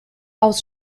aus